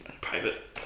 private